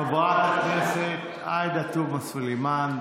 חברת הכנסת עאידה תומא סלימאן,